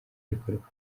gikorwa